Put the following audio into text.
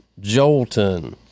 Jolton